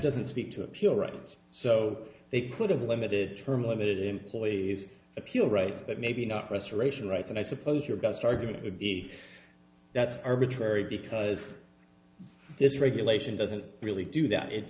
doesn't speak to appeal ratings so they could have limited term limited employees appeal right but maybe not restoration rights and i suppose your best argument would be that's arbitrary because this regulation doesn't really do that it